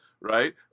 right